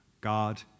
God